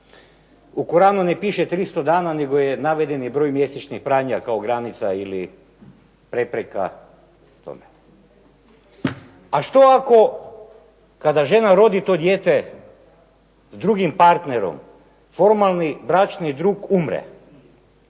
U Kuranu ne piše 300 dana nego je naveden je broj mjesečnih pranja kao granica ili prepreka tome. A što ako kada žena rodi to dijete s drugim partnerom formalni bračni drug umre